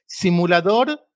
Simulador